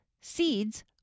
seeds